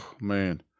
man